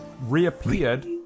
reappeared